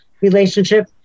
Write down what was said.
relationship